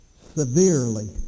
severely